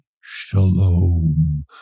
shalom